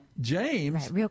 James